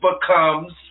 becomes